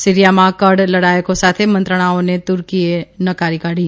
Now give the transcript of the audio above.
સીરિયામાં Kurd લડાયકો સાથે મંત્રણાઓને તૂર્કીએ નકારી કાઢી